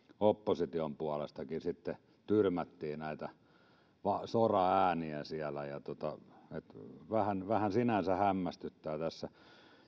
oppositionkin puolesta tyrmättiin näitä soraääniä siellä vähän vähän sinänsä hämmästyttää tässä